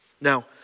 Now